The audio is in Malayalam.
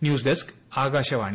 news desk Akashvani